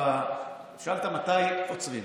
שאלת מתי עוצרים.